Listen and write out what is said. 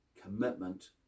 commitment